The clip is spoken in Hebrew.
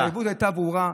ההתחייבות הייתה ברורה,